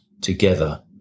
together